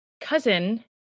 cousin